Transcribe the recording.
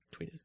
tweeted